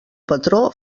patró